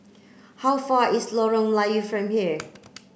how far is Lorong Melayu from here